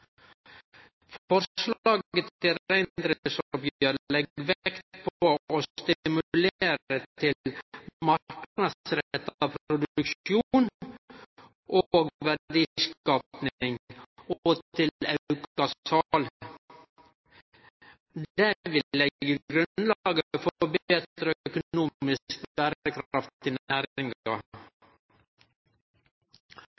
Forslaget til reindriftsoppgjer legg vekt på å stimulere til marknadsretta produksjon og verdiskaping, og til auka sal. Det vil leggje grunnlaget for betre økonomisk berekraft i